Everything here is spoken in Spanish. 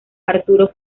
arturo